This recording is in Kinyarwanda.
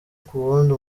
kuwundi